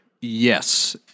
Yes